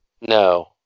No